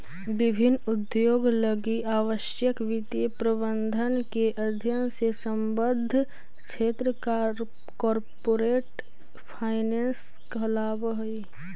विभिन्न उद्योग लगी आवश्यक वित्तीय प्रबंधन के अध्ययन से संबद्ध क्षेत्र कॉरपोरेट फाइनेंस कहलावऽ हइ